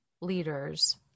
leaders